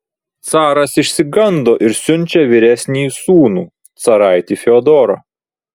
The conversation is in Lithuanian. caras išsigando ir siunčia vyresnįjį sūnų caraitį fiodorą